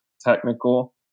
technical